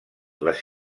les